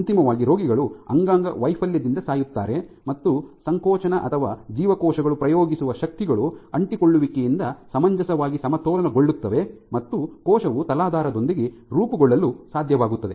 ಅಂತಿಮವಾಗಿ ರೋಗಿಗಳು ಅಂಗಾಂಗ ವೈಫಲ್ಯದಿಂದ ಸಾಯುತ್ತಾರೆ ಮತ್ತು ಸಂಕೋಚನ ಅಥವಾ ಜೀವಕೋಶಗಳು ಪ್ರಯೋಗಿಸುವ ಶಕ್ತಿಗಳು ಅಂಟಿಕೊಳ್ಳುವಿಕೆಯಿಂದ ಸಮಂಜಸವಾಗಿ ಸಮತೋಲನಗೊಳ್ಳುತ್ತವೆ ಮತ್ತು ಕೋಶವು ತಲಾಧಾರದೊಂದಿಗೆ ರೂಪುಗೊಳ್ಳಲು ಸಾಧ್ಯವಾಗುತ್ತದೆ